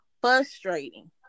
frustrating